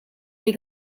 les